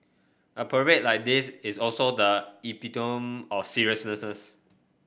a parade like this is also the epitome of seriousness